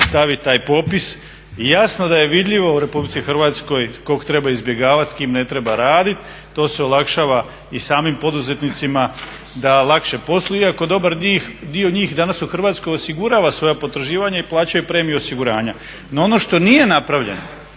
staviti taj popis i jasno da je vidljivo u RH koga treba izbjegavati s kim ne treba raditi. to se olakšava i samim poduzetnicima da lakše posluju iako dobar dio njih danas osigurava u Hrvatskoj svoja potraživanja i plaćaju premiju osiguranja. No ono što nije napravljeno,